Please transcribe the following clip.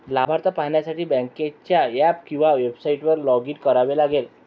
लाभार्थी पाहण्यासाठी बँकेच्या ऍप किंवा वेबसाइटवर लॉग इन करावे लागेल